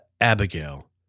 Abigail